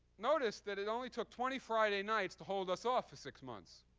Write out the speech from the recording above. notice that it only took twenty friday nights to hold us off for six months,